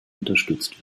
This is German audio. unterstützt